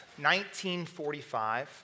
1945